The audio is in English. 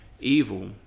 Evil